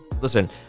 Listen